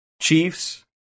Chiefs